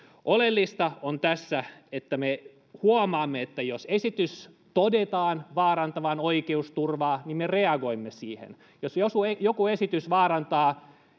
oleellista tässä on että jos me huomaamme että esityksen todetaan vaarantavan oikeusturvaa niin me reagoimme siihen jos jos joku esitys vaarantaa edustajan